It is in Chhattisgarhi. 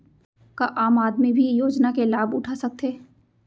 का आम आदमी भी योजना के लाभ उठा सकथे?